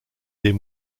des